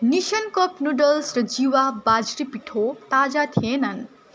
निसन cup noodles र जिवा बाजरी पिठो ताजा थिएन